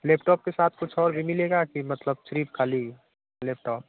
laptop के साथ कुछ और भी मिलेगा कि मतलब सिर्फ़ खाली लैपटॉप